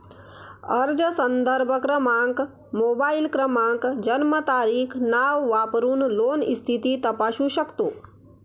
अर्ज संदर्भ क्रमांक, मोबाईल क्रमांक, जन्मतारीख, नाव वापरून लोन स्थिती तपासू शकतो